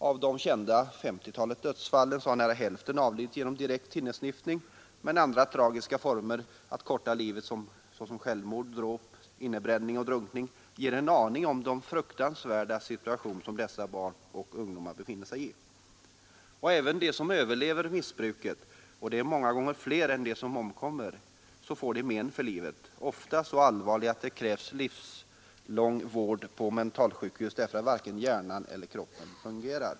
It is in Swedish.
Av de kända omkring 50 dödsfallen har nära hälften avlidit genom direkt thinnersniffning, men andra tragiska former att förkorta livet — t.ex. självmord, dråp, innebränning och drunkning — ger en aning om den fruktansvärda situation som dessa barn och ungdomar befinner sig i. Även de som överlever missbruket — och de är många fler än de som omkommer — får men för livet, ofta så allvarliga men att de kräver livstidsvård på mentalsjukhus, därför att varken hjärnan eller kroppen fungerar.